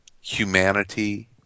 humanity